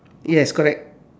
yes correct